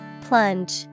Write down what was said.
Plunge